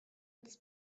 its